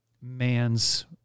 man's